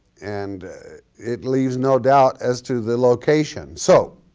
and it leaves no doubt as to the location. so